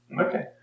Okay